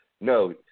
no